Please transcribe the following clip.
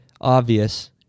obvious